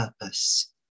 purpose